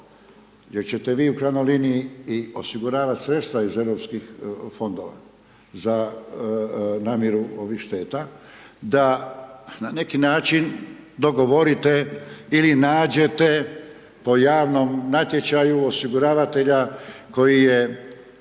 gdje ćete vi u krajnjoj liniji i osiguravati sredstva iz EU fondova za namiru ovih šteta, da na neki način dogovorite ili nađete po javnom natječaju osiguravatelja koji